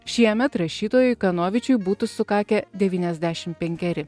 šiemet rašytojui kanovičiui būtų sukakę devyniasdešimt penkeri